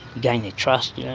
gain their trust, yeah